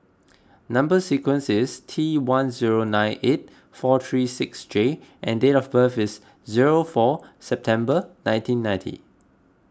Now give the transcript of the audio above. Number Sequence is T one zero nine eight four three six J and date of birth is zero four September nineteen ninty